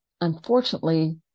unfortunately